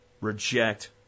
reject